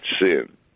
sin